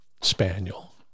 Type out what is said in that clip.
spaniel